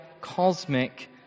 cosmic